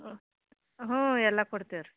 ಹ್ಞೂ ಹ್ಞೂ ಎಲ್ಲ ಕೊಡ್ತೀವಿ ರೀ